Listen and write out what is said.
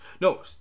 No